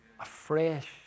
afresh